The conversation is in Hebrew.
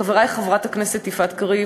חברי יפעת קריב,